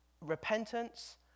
repentance